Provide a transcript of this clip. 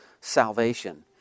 salvation